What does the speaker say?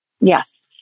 Yes